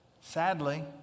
Sadly